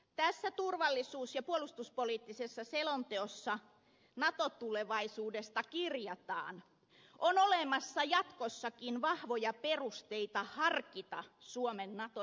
tässä turvallisuus ja puolustuspoliittisessa selonteossa nato tulevaisuudesta kirjataan että on olemassa jatkossakin vahvoja perusteita harkita suomen nato jäsenyyttä